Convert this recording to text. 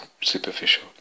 superficial